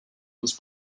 was